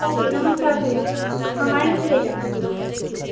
okay नमस्कार भैया हम आएँगे तो ले जाएँगे ठीक